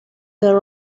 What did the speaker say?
the